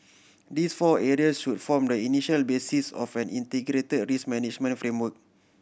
these four areas should form the initial basis of an integrated risk management framework